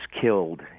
killed